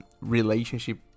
relationship